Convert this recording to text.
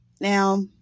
Now